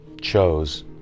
chose